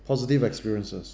positive experiences